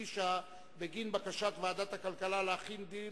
הגישה בגין בקשת ועדת הכלכלה להחיל דין